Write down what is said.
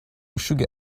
sugar